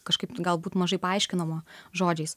kažkaip galbūt mažai paaiškinama žodžiais